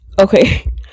Okay